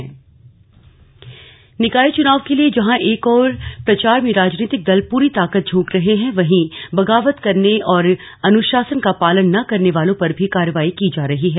कांग्रेस कार्रवाई निकाय चुनाव के लिए जहां एक ओर प्रचार में राजनीतिक दल पूरी ताकत झोंक रहे हैं वहीं बगावत करने और अनुशासन का पालन न करने वालों पर भी कार्रवाई की जा रही है